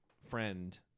friend